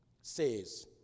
says